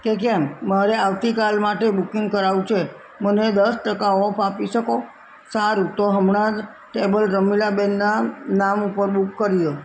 કે કેમ મારે આવતીકાલ માટે બુકિંગ કરાવવું છે મને દસ ટકા ઓફ આપી શકો સારું તો હમણાં જ ટેબલ રમીલાબેનનાં નામ ઉપર બુક કરી દો